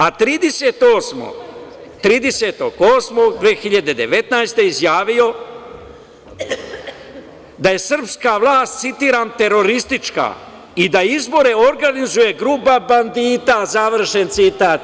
A, 30.8.2019. godine izjavio da je srpska vlast, citiram: „Teroristička i da izbore organizuje grupa bandita“, završen citat.